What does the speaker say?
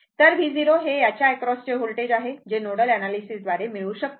तर V 0 हे याच्या अॅक्रॉस चे होल्टेज आहे जे नोडल अँनॅलिसिस द्वारे मिळू शकते